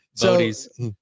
Bodies